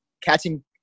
catching